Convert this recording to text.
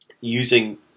using